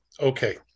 Okay